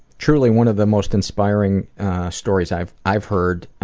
truly one of the most inspiring stories i've i've heard